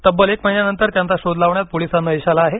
तब्बल एक महिन्यानंतर त्यांचा शोध लावण्यात पोलिसांना यश आलं आहे